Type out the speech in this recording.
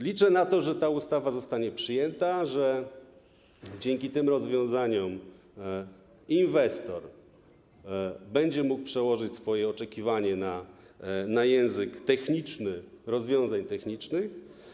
Liczę na to, że ta ustawa zostanie przyjęta i że dzięki tym rozwiązaniom inwestor będzie mógł przełożyć swoje oczekiwania na język techniczny, język rozwiązań technicznych.